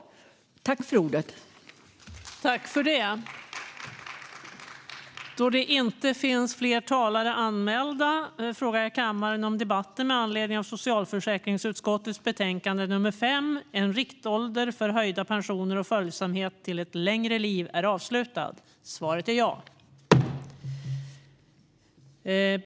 En riktålder för höjda pensioner och följsam-het till ett längre liv